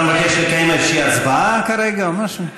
אתה מבקש לקיים איזושהי הצבעה כרגע, משהו?